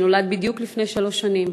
שנולד בדיוק לפני שלוש שנים